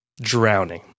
drowning